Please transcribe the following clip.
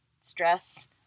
stress